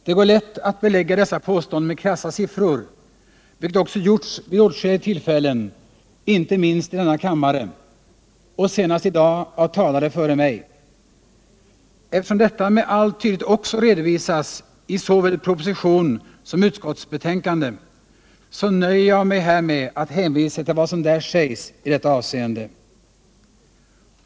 Det går lätt att belägga dessa påståenden med krassa siffror, vilket också gjorts vid åtskilliga tillfällen inte minst i denna kammare — och senast i dag av talare före mig. Eftersom detta med all tydlighet också redovisas i såväl proposition som utskottsbetänkande nöjer jag mig med att hänvisa till vad där sägs i detta avseende.